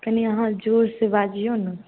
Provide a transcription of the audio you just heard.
कनी अहाँ जोर से बाजिऔ ने